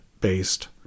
based